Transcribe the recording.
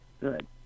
good